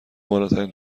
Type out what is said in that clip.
بالاترین